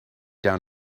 down